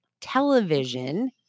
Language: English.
television